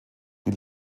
die